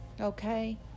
okay